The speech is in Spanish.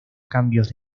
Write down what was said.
cambios